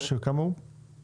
מה גובה הקנס היום?